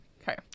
Okay